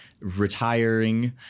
retiring